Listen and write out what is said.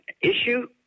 issue